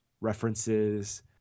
references